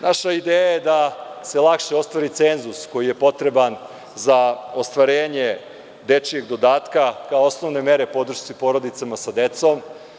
Naša ideja je da se lakše ostvari cenzus koji je potreban za ostvarenje dečijeg dodatka, kao osnovne mere podršci porodicama sa decom.